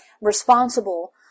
responsible